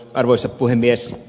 arvoisa puhemies